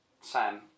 Sam